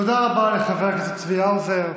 תודה רבה לחבר הכנסת צבי האוזר.